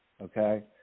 okay